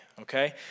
Okay